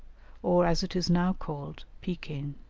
or, as it is now called, pekin.